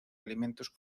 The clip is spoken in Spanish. alimentos